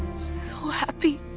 so happy.